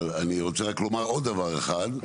אבל אני רוצה רק לומר עוד דבר אחד,